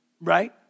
Right